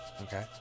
Okay